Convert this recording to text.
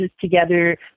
together